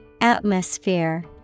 Atmosphere